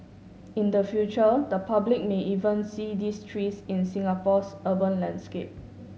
in the future the public may even see these trees in Singapore's urban landscape